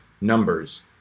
numbers